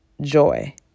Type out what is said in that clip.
joy